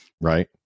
right